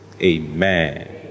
Amen